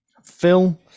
Phil